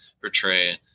portray